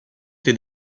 été